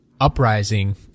uprising